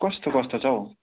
कस्तो कस्तो छ हो